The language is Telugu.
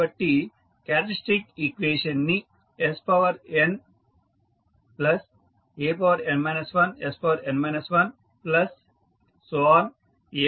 కాబట్టి క్యారెక్టరిస్టిక్ ఈక్వేషన్ ని snan 1sn 1